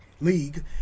League